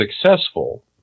successful